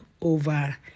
over